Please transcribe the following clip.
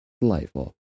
Delightful